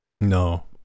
No